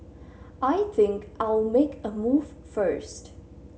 I think I'll make a move first